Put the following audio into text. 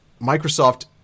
Microsoft